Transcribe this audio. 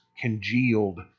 congealed